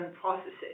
processes